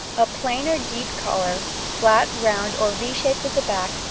a plainer, deep collar, flat, round, or v shaped at the back,